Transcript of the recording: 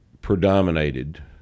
predominated